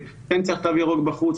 כן צריך תו ירוק בחוץ,